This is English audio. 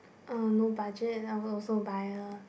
uh no budget I would also buy a